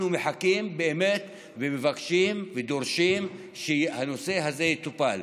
אנחנו מחכים באמת ומבקשים ודורשים שהנושא הזה יטופל.